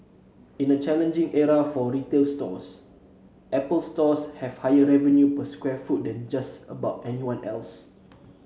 in a challenging era for retail stores Apple Stores have higher revenue per square foot than just about anyone else